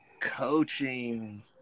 coaching